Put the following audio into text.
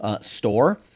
store